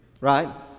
right